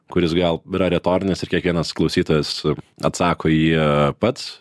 kuris gal yra retorinis ir kiekvienas klausytojas atsako į jį pats